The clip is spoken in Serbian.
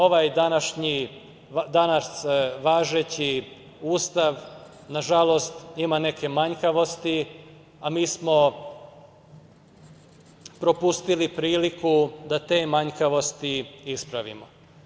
Ovaj danas važeći Ustav, nažalost, ima neke manjkavosti, a mi smo propustili priliku da te manjkavosti ispravimo.